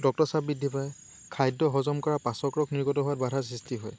ৰক্তচাপ বৃদ্ধি পায় খাদ্য হজম কৰা পাচকৰস নিৰ্গত হোৱাতবাধাৰ সৃষ্টি হয়